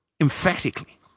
Emphatically